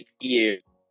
years